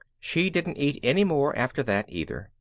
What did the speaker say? she didn't eat any more after that either.